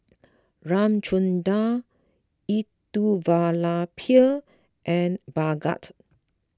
Ramchundra Elattuvalapil and Bhagat